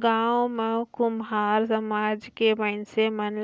गाँव म कुम्हार समाज के मइनसे मन